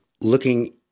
looking